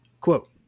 Quote